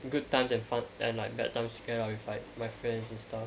good times and like bad times together with like my friends and stuff